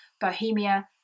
bohemia